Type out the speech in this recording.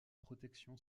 protection